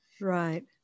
Right